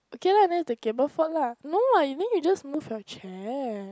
okay lah then it's the cable fault lah no what then you just move your chair